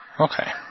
Okay